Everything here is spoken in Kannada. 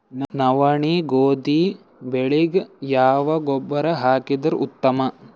ನವನಿ, ಗೋಧಿ ಬೆಳಿಗ ಯಾವ ಗೊಬ್ಬರ ಹಾಕಿದರ ಉತ್ತಮ?